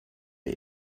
wir